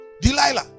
Delilah